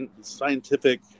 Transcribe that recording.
scientific